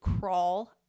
crawl